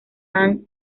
han